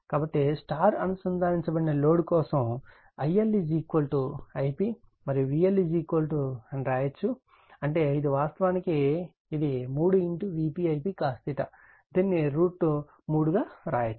కాబట్టి స్టార్ అనుసందానించబడిన లోడ్ కోసం దీనిని IL Ip మరియు VL అని వ్రాయవచ్చు అంటే ఇది వాస్తవానికి ఇది 3 Vp Ip cos θ దీనిని √ 3 గా వ్రాయవచ్చు